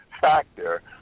factor